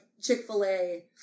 Chick-fil-A